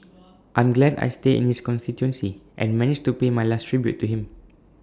I'm glad I stay in his constituency and managed to pay my last tribute to him